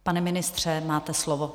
Pane ministře, máte slovo.